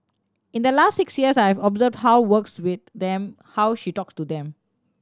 in the last six weeks I've observed how works with them how she talk to them